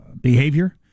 behavior